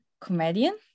comedian